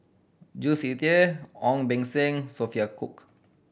Jules Itier Ong Beng Seng Sophia Cooke